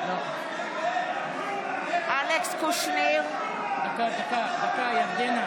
העצמאים, ירדנה,